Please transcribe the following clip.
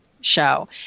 show